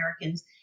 Americans